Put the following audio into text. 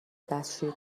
دستشویی